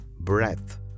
breath